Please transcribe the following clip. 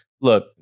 look